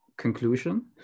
conclusion